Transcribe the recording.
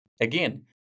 again